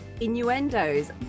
innuendos